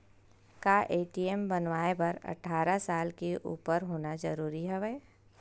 का ए.टी.एम बनवाय बर अट्ठारह साल के उपर होना जरूरी हवय?